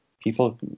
people